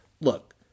Look